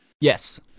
Yes